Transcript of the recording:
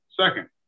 Second